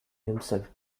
himself